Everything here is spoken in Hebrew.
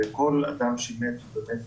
וכל אדם שמת זו באמת